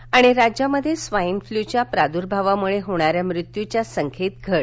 आणि राज्यामध्ये स्वाइन फ्लूच्या प्रार्द्भावामुळे होणाऱ्या मृत्यूच्या संख्येत घट